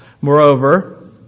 Moreover